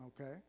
Okay